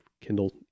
Kindle